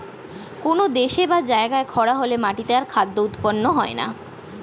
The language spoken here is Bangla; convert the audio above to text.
কোন দেশে বা জায়গায় খরা হলে মাটিতে আর খাদ্য উৎপন্ন হয় না